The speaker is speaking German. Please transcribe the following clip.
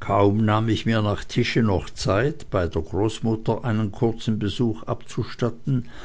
kaum nahm ich mir nach tische noch zeit bei der großmutter einen kurzen besuch abzustatten